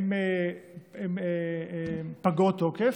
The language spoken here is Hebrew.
הן פגות תוקף,